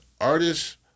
artists